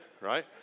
right